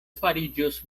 fariĝos